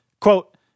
quote